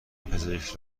پزشک